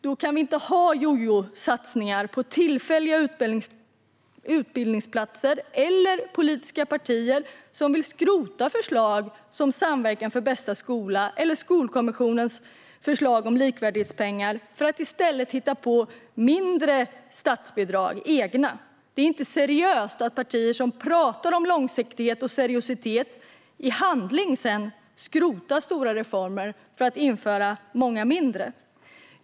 Då kan det inte vara jojosatsningar på tillfälliga utbildningsplatser eller politiska partier som vill skrota förslag, till exempel Samverkan för bästa skola eller Skolkommissionens förslag om likvärdighetspengar, för att i stället hitta mindre egna statsbidrag. Det är inte seriöst att partier som pratar om långsiktighet och seriositet i handling sedan skrotar stora reformer för att införa många mindre.